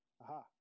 aha